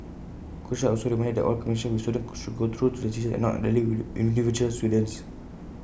coaches are also reminded that all communication with students should go through the teachers and not directly with individual students